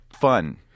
fun